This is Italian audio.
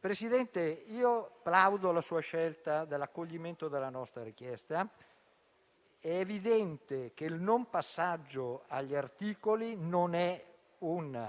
Presidente, io plaudo alla sua scelta di accoglimento della nostra richiesta. È evidente che il non passaggio all'esame degli articoli non è un